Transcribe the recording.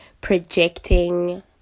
projecting